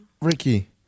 Ricky